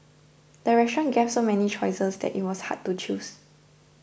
the restaurant gave so many choices that it was hard to choose